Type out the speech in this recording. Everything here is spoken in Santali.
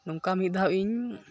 ᱱᱚᱝᱠᱟ ᱢᱤᱫᱼᱫᱷᱟᱣ ᱤᱧ